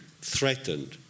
threatened